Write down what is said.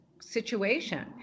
situation